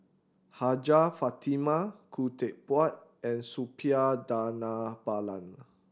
Hajjah Fatimah Khoo Teck Puat and Suppiah Dhanabalan